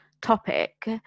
topic